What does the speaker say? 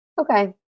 Okay